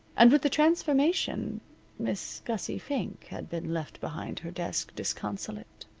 and with the transformation miss gussie fink had been left behind her desk disconsolate.